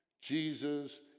Jesus